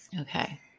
Okay